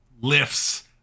lifts